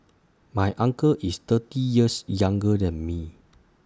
my uncle is thirty years younger than me